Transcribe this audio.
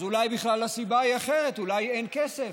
אז אולי בכלל הסיבה היא אחרת, אולי אין כסף.